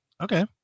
Okay